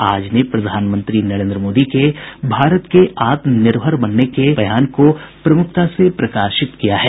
आज ने प्रधानमंत्री नरेन्द्र मोदी के भारत के आत्मनिर्भर बनने के बयान को प्रमुखता से प्रकाशित किया है